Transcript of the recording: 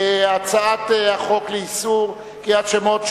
הצעת חוק לאיסור קריאת שמות,